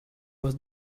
was